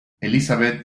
elisabet